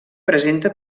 presenta